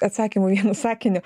atsakymo vienu sakiniu